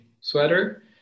sweater